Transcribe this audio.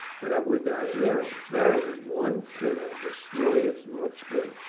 but i would not hear him. verily, one sinner destroyeth much good,